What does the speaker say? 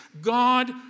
God